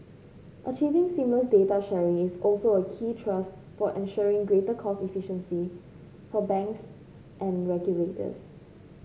achieving seamless data sharing is also a key thrust for ensuring greater cost efficiency for banks and regulators